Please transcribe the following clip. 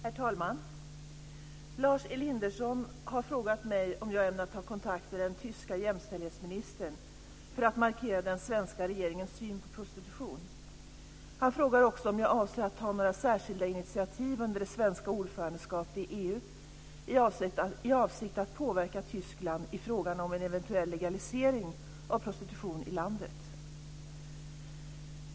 Herr talman! Lars Elinderson har frågat mig om jag ämnar ta kontakt med den tyske jämställdhetsministern för att markera den svenska regeringens syn på prostitution. Han frågar också om jag avser att ta några särskilda initiativ under det svenska ordförandeskapet i EU i avsikt att påverka Tyskland i frågan om en eventuell legalisering av prostitution i landet.